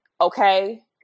Okay